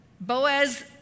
Boaz